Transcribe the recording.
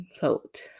vote